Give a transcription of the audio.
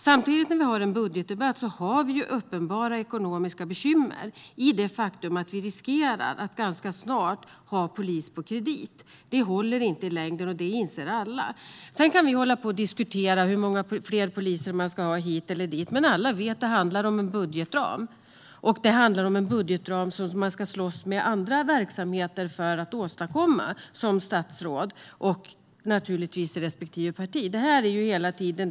Samtidigt är det här en budgetdebatt, och det finns uppenbara ekonomiska bekymmer. Vi riskerar snart att ha en polis på kredit. Det håller inte i längden, och det inser alla. Vi kan diskutera hur många fler poliser det ska vara hit eller dit, men alla vet att det handlar om en budgetram. För att åstadkomma den budgetramen måste statsråd och respektive parti slåss mot andra verksamheter.